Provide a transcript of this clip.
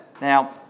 Now